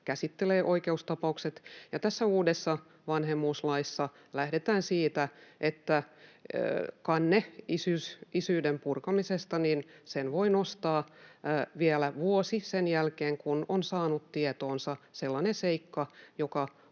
käsittelee oikeustapaukset. Tässä uudessa vanhemmuuslaissa lähdetään siitä, että kanteen isyyden purkamisesta voi nostaa vielä vuosi sen jälkeen, kun on saanut tietoonsa sellaisen seikan, joka